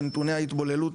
לנתוני ההתבוללות,